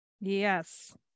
Yes